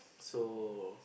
so